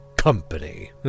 ...company